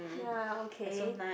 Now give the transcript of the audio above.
ya okay